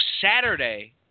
saturday